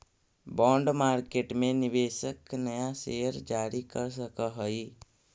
bond market में निवेशक नया शेयर जारी कर सकऽ हई